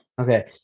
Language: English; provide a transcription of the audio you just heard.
Okay